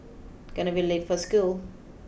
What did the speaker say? gonna be late for school